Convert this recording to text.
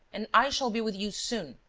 and i shall be with you soon.